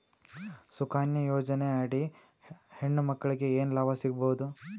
ಸುಕನ್ಯಾ ಯೋಜನೆ ಅಡಿ ಹೆಣ್ಣು ಮಕ್ಕಳಿಗೆ ಏನ ಲಾಭ ಸಿಗಬಹುದು?